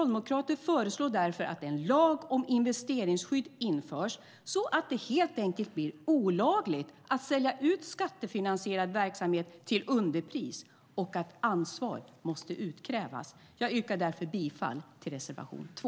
Jag yrkar därför bifall till reservation 2.